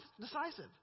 decisive